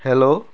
hello